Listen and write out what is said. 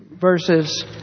verses